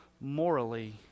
morally